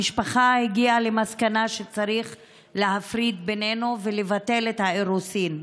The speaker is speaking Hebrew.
המשפחה הגיעה למסקנה שצריך להפריד בינינו ולבטל את האירוסין.